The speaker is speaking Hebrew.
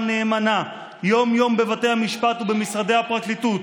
נאמנה יום-יום בבתי המשפט ובמשרדי הפרקליטות,